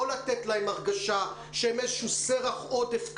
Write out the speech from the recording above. לא לתת להם הרגשה שהם איזשהו סרח עודף כזה,